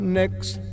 next